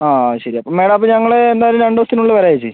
ആ ആ ശരി അപ്പം മാഡം അപ്പം ഞങ്ങൾ എന്തായാലും രണ്ട് ദിവസത്തിന് ഉള്ളിൽ വരാം ചേച്ചി